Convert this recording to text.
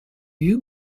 you